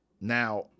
Now